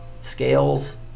scales